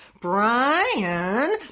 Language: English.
Brian